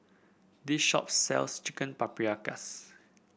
this shop sells Chicken Paprikas